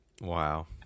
Wow